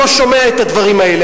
לא שומע את הדברים האלה.